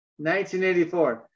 1984